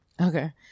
Okay